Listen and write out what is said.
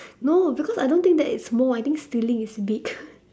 no because I don't think that is small I think stealing is big